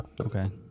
Okay